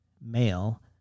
male